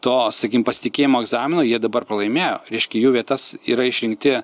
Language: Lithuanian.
to sakykim pasitikėjimo egzamino jie dabar pralaimėjo reiškia į jų vietas yra išrinkti